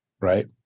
right